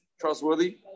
trustworthy